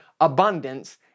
abundance